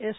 S